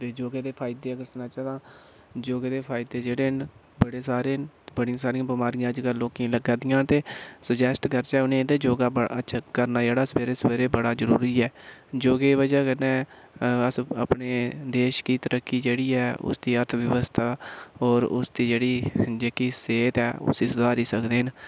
ते योगे दे फायदे अगर सनाचै तां योगे दे फायदे जेह्ड़े न बड़े सारे न बाड़िया सारिया बमारियां अज्जकल लोकें गी लग्गै दियां ते सजेस्ट करचै ते उनेंगी ते योगा करना जेह्ड़ा सवेरे सवेरे बड़ा जरूरी ऐ योगे दी वजह कन्नै अस अपने देश दी तरक्की जेह्ड़ी ऐ उसदी अर्थव्यबस्था होर उसदी जेह्ड़ी जेह्की सेहत ऐ उसी सधारी सकदे न